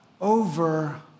over